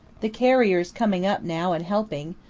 the carriers coming up now and helping,